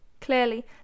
Clearly